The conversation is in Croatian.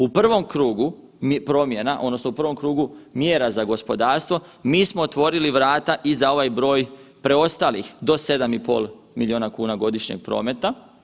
U prvom krugu promjena odnosno u prvom krugu mjera za gospodarstvo mi smo otvorili vrata i za ovaj broj preostalih do 7,5 milijuna kuna godišnjeg prometa.